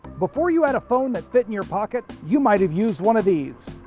before you had a phone that fit in your pocket, you might've used one of these,